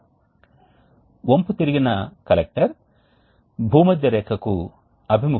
కాబట్టి ముందుగా మనం స్థిరమైన ట్విన్ బెడ్ రీజెనరేటర్ని చూడవచ్చు మరియు ఈ 2 పెట్టెలలో ఉండే అమరికను బెడ్ అని పిలుస్తారు